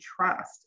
trust